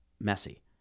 messy